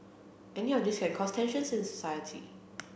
any of these can cause tensions in society